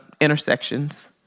intersections